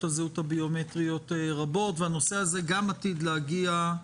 הזהות הביומטריות הנושא הזה עתיד להגיע בקרוב,